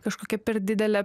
kažkokia per didele